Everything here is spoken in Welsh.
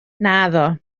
naddo